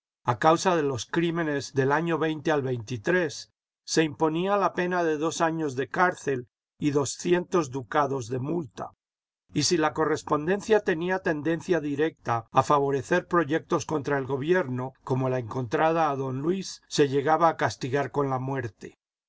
a causa de los crímenes del año al se imponía la pena de dos años de cárcel y doscientos ducados de multa y si la correspondencia tenía tendencia directa a favorecer proyectos contra el gobierno como la encontrada a don luis se llegaba a castigar con la muerte